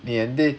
நீ எந்த:nee endha